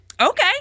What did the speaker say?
okay